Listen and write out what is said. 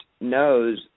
knows